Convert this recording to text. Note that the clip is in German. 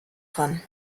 dran